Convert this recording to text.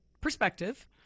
perspective